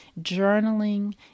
journaling